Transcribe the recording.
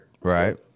Right